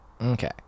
Okay